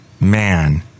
Man